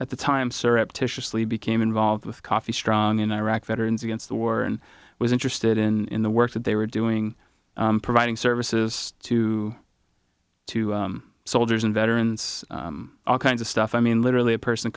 at the time surreptitiously became involved with coffee strong in iraq veterans against the war and was interested in the work that they were doing providing services to to soldiers and veterans all kinds of stuff i mean literally a person